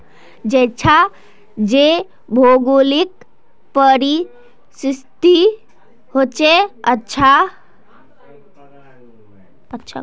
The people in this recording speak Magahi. जेछां जे भौगोलिक परिस्तिथि होछे उछां वहिमन भोजन मौजूद होचे